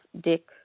Dick